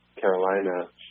Carolina